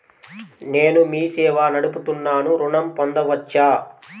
నేను మీ సేవా నడుపుతున్నాను ఋణం పొందవచ్చా?